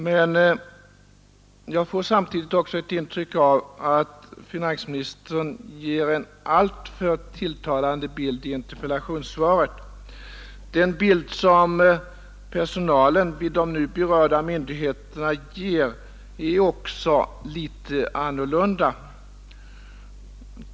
Men jag får samtidigt också ett intryck av att finansministern ger en alltför tilltalande bild i interpellationssvaret. Den bild som personalen vid de nu berörda myndigheterna ger är också litet annorlunda.